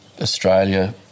Australia